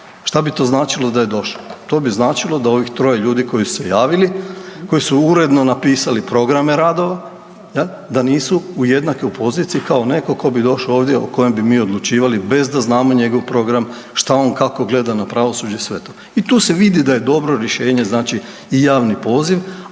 Što bi to značilo da je došlo? To bi značilo da ovih troje ljudi koji su se javili, koji su uredno napisali programe radova, da nisu u jednakoj poziciji kao netko tko bi došao ovdje, o kojem bi mi odlučivali bez da znamo njegov program, što on, kako gleda na pravosuđe i sve to. I tu se vidi da je dobro rješenje, znači javni poziv,